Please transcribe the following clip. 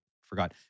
forgot